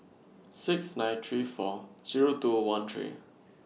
six nine three four Zero two one three